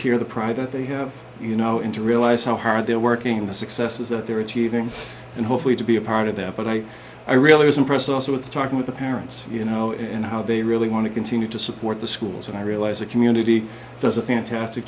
the pride that they have you know in to realize how hard they're working in the successes that they're achieving and hopefully to be a part of that but i i really was impressed also with talking with the parents you know and how they really want to continue to support the schools and i realize a community does a fantastic